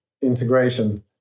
integration